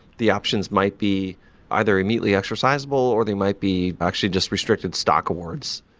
the options might be either immediately exercisable or they might be actually just restricted stock awards.